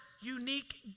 unique